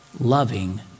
loving